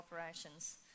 operations